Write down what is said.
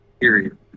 period